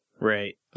Right